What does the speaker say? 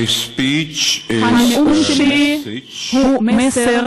(מחיאות כפיים) הנאום שלי הוא מסר